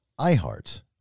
iHeart